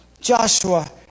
Joshua